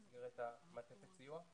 במסגרת מעטפת הסיוע?